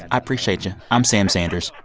i appreciate you. i'm sam sanders.